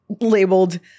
labeled